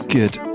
good